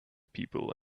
people